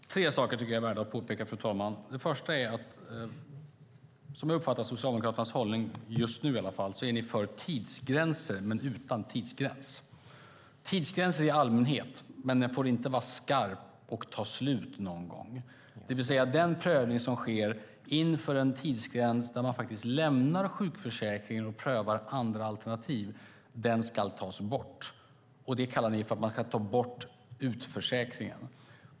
Fru talman! Tre saker tycker jag är värda att påpeka. Det första är att Socialdemokraternas hållning just nu som jag uppfattar det är att ni är för tidsgränser men utan tidsgräns. Ni är för tidsgränser i allmänhet, men en tidsgräns får inte vara skarp och ta slut någon gång. Den prövning som sker inför en tidsgräns, där man lämnar sjukförsäkringen och prövar andra alternativ, ska tas bort. Det kallar ni för att man ska ta bort utförsäkringarna.